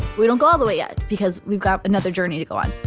we don't go all the way yet because we've got another journey to go on.